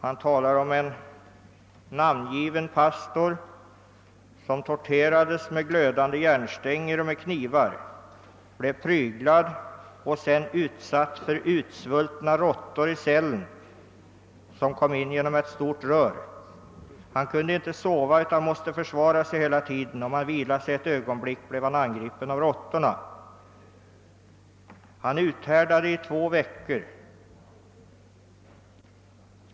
Han tar upp ett fall med en namngiven pastor, som torterades med glödande järnstänger och med knivar. Han blev pryglad och sedan utsatt för utsvultna råttor i cellen, vilka fördes in genom ett kraftigt rör. Han kunde inte sova, ty han måste försvara sig hela tiden. Om han vilade sig ett ögonblick, blev han angripen av råttorna.